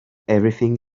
everything